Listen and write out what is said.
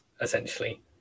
essentially